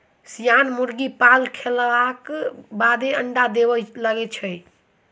सियान मुर्गी पाल खयलाक बादे अंडा देबय लगैत छै